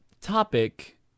topic